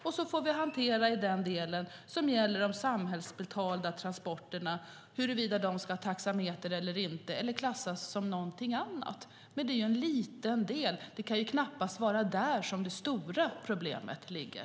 Sedan får vi hantera den del som gäller de samhällsbetalda transporterna, huruvida de ska ha taxameter eller inte eller klassas som något annat. Men det är en liten del. Det kan knappast vara där som det stora problemet ligger.